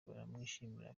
baramwishimira